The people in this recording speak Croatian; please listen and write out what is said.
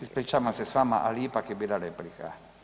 Ispričavam se s vama, ali ipak je bila replika